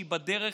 בדרך,